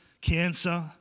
cancer